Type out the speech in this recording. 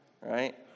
Right